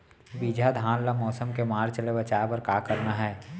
बिजहा धान ला मौसम के मार्च ले बचाए बर का करना है?